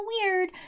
weird